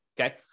Okay